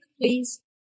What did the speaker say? please